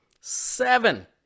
Seven